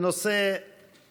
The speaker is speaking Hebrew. מתנגדים או נמנעים.